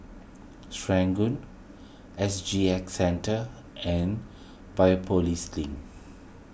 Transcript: S G X Centre and Biopolis Link